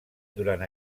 durant